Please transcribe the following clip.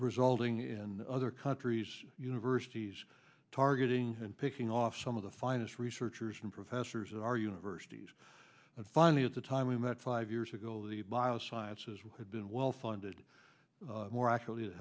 resulting in other countries universities targeting and picking off some of the finest researchers in professors are universities and finally at the time we met five years ago the bio science is what had been well funded more accurately